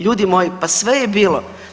Ljudi moji pa sve je bilo.